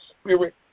spirit